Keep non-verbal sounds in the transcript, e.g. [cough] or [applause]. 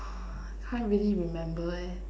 [breath] can't really remember leh